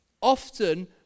often